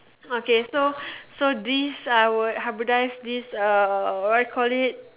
okay so so this I would hybridize this uh what you call it